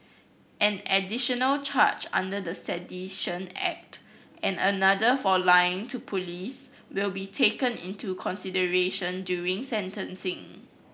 an additional charge under the Sedition Act and another for lying to police will be taken into consideration during sentencing